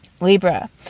Libra